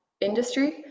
industry